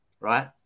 right